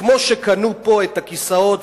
כמו שקנו פה את הכיסאות,